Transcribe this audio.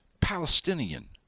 Palestinian